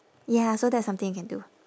ya so that's something you can do